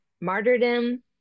Martyrdom